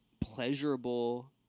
pleasurable